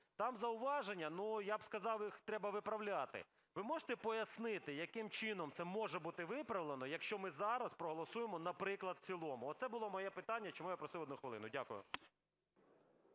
Там зауваження, я б сказав, їх треба виправляти. Ви можете пояснити, яким чином це може бути виправлено, якщо ми зараз проголосуємо, наприклад, в цілому? Оце було моє питання, чому я просив одну хвилину. Дякую.